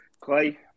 Clay